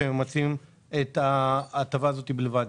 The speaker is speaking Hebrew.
שמציעים את ההטבה הזאת בלבד.